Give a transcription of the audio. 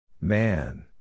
Man